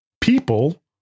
People